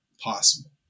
possible